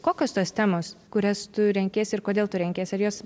kokios tos temos kurias tu renkiesi ir kodėl tu renkiesi jas